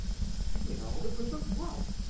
but, hang it all, the proof of what?